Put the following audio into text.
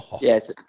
Yes